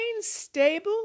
stable